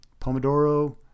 Pomodoro